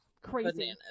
crazy